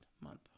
month